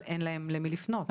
אבל אין להם למי לפנות.